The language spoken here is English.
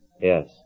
Yes